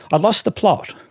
i lost the plot.